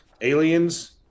aliens